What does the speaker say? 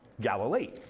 Galilee